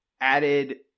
added